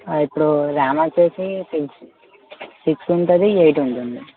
ఇప్పుడు ర్యామ్ వచ్చేసి six six ఉంటుంది ఎయిట్ ఉంటుంది